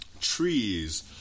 trees